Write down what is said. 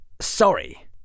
sorry